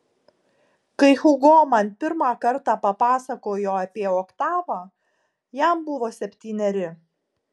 kai hugo man pirmą kartą papasakojo apie oktavą jam buvo septyneri